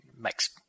makes